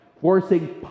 forcing